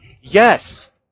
Yes